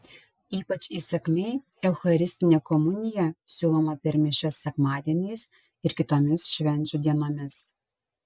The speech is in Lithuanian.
ypač įsakmiai eucharistinė komunija siūloma per mišias sekmadieniais ir kitomis švenčių dienomis